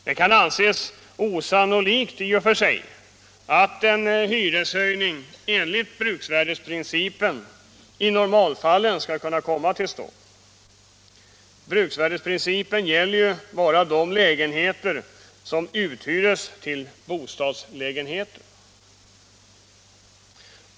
Det kan anses osannolikt att en hyreshöjning, enligt bruksvärdesprincipen, i normalfallen skall kunna komma till stånd. Bruksvärdesprincipen gäller bara de lägenheter som uthyrs till bostadslägenheter.